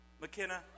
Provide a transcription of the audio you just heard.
McKenna